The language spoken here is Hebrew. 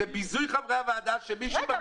זה ביזוי חברי הוועדה שמישהו --- רגע,